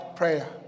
prayer